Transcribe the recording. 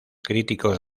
críticos